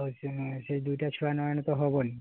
ଆଉ ସେ ଛୁଆ ଦୁଇଟା ଛୁଆ ନେହେଳେ ତ ହେବନି